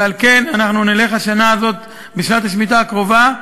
ועל כן אנחנו נלך השנה הזאת, בשנת השמיטה הקרובה,